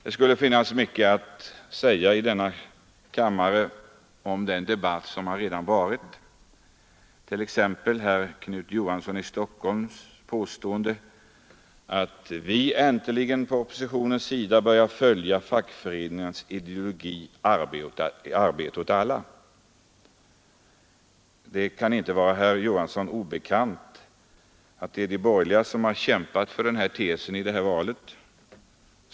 Det finns mycket att säga om den debatt som redan varit, t.ex. om herr Knut Johanssons i Stockholm påstående att vi på oppositionssidan äntligen börjar följa fackföreningarnas ideologi om arbete åt alla. Det kan inte vara herr Johansson obekant att det är de borgerliga som har kämpat för den tesen i valet.